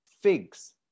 figs